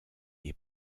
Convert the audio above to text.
est